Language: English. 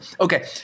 Okay